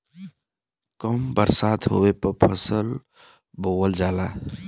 कम बरसात होले पर फसल बोअल जाला